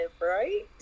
right